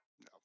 No